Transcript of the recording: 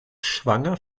schwanger